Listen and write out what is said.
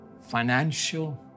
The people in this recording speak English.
financial